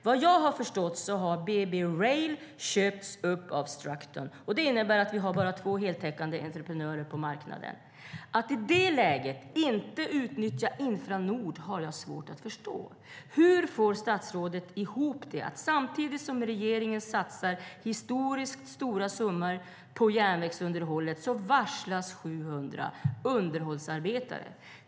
Vad jag har förstått har BB Rail köpts upp av Strukton. Det innebär att vi bara har två heltäckande entreprenörer på marknaden. Att man i det läget inte utnyttjar Infranord har jag svårt att förstå. Hur får statsrådet ihop att det samtidigt som regeringen satsar historiskt stora summor på järnvägsunderhållet varslas 700 underhållsarbetare?